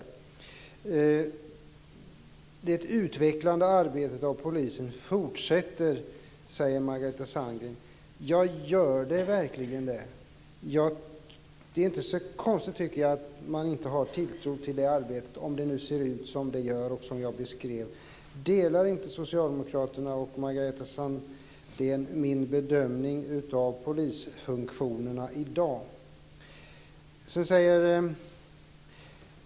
Margareta Sandgren säger att det utvecklande arbetet av polisen fortsätter. Gör det verkligen det? Jag tycker inte att det är så konstigt att man inte har tilltro till det arbetet om det ser ut som det gör och som jag beskrev. Delar inte socialdemokraterna och Margareta Sandgren min bedömning av polisfunktionerna i dag?